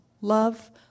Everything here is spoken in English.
love